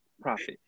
profit